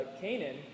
Canaan